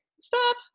Stop